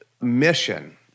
mission